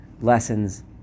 lessons